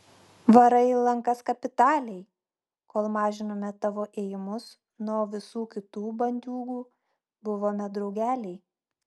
varai į lankas kapitaliai kol mažinome tavo ėjimus nuo visų kitų bandiūgų buvome draugeliai